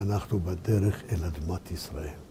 אנחנו בדרך אל אדמת ישראל.